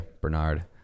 Bernard